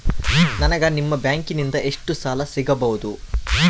ನನಗ ನಿಮ್ಮ ಬ್ಯಾಂಕಿನಿಂದ ಎಷ್ಟು ಸಾಲ ಸಿಗಬಹುದು?